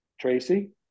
Tracy